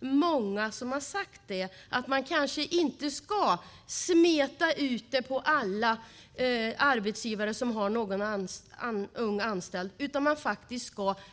Många har sagt att man kanske inte ska smeta ut pengarna på alla arbetsgivare som har en ung anställd, utan